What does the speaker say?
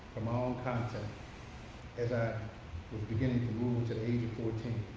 um ah long content as i was beginning to move to the age of fourteen